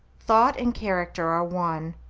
thought and character are one,